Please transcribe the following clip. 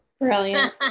Brilliant